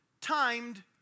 timed